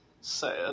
sad